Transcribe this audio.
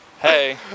Hey